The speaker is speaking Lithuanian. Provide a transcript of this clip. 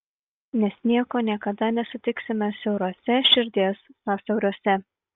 nes nieko niekada nesutiksime siauruose širdies sąsiauriuose